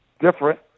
different